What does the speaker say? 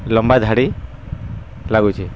ଲମ୍ବା ଧାଡ଼ି ଲାଗୁଛି